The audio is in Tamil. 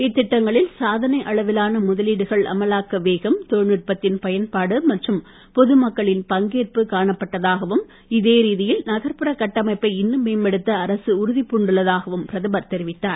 இத்திட்டங்களில் சாதனை அளவிலான முதலீடுகள் அமலாக்க வேகம் தொழில்நுட்பத்தின் பயன்பாடு மற்றும் பொதுமக்களின் பங்கேற்பு காணப்பட்டதாகவும் இதே ரீதியில் நகர்புற கட்டமைப்பை இன்னும் மேம்படுத்த அரசு உறுதிப் பூண்டுள்ளதாகவும் பிரதமர் தெரிவித்தார்